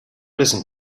listen